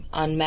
on